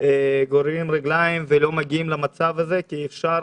גוררים רגליים ולא מגיעים למצב הזה כי אפשר